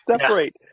separate